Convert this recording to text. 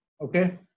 okay